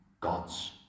gods